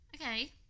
Okay